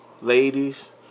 ladies